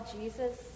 Jesus